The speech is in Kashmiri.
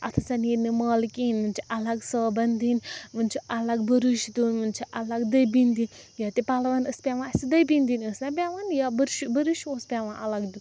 اَتھ ہَسا نیرِنہٕ مَل کِہیٖنۍ وۄنۍ چھِ الَگ صابن دِنۍ وۄنۍ چھُ الگ بُرٕش دیٛن وۄنۍ چھِ الگ دٔبِنۍ دِنۍ یا تہِ پَلوَن ٲس پیٚوان اسہِ دٔبنۍ دِنۍ ٲس نا پیٚوان یا بُرشہٕ برٕش اوس پیٚوان الگ دیٛن